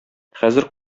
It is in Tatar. хәзер